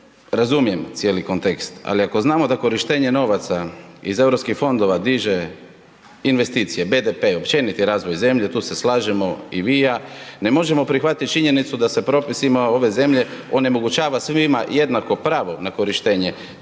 Razumijem cijeli kontekst ali ako znamo da korištenje novaca iz europskih novaca diže investicije, BDP, općeniti razvoj zemlje, tu se slažemo i vi i ja, ne možemo prihvatiti činjenicu da se propisima ove zemlje onemogućava svima jednako pravo na korištenje